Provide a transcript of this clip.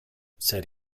said